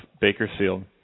Bakersfield